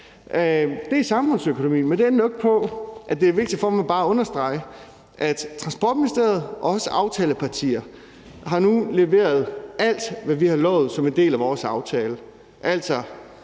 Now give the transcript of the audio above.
Det er samfundsøkonomi, men det ændrer jo ikke på, at det er vigtigt for mig at understrege, at Transportministeriet og aftalepartierne nu har leveret alt, hvad vi har lovet, som en del af vores aftale. Vores